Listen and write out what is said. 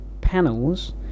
panels